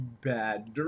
bad